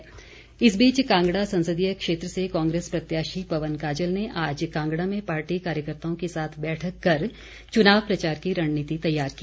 पवन काजल इस बीच कांगड़ा संसदीय क्षेत्र से कांग्रेस प्रत्याशी पवन काजल ने आज कांगड़ा में पार्टी कार्यकर्ताओं के साथ बैठक कर चुनाव प्रचार की रणनीति तैयार की